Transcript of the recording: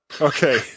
Okay